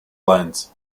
lands